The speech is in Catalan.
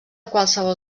qualsevol